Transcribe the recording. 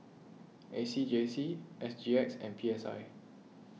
A C J C S G X and P S I